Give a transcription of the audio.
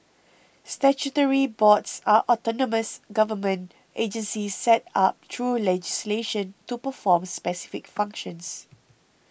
statutory boards are autonomous government agencies set up through legislation to perform specific functions